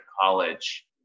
college